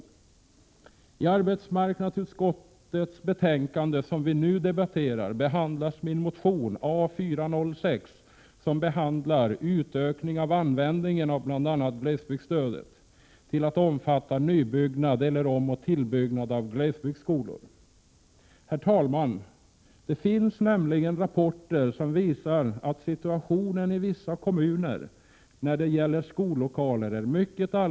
I det betänkande från arbetsmarknadsutskottet som vi nu debatterar behandlas min motion A406 om en utökning av användningen av bl.a. glesbygdsstödet till att omfatta nybyggnad eller omoch tillbyggnad av glesbygdsskolor. Det finns nämligen rapporter som visar att situationen är mycket allvarlig i vissa kommuner när det gäller skollokaler.